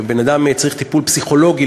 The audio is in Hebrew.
שבן-אדם צריך טיפול פסיכולוגי,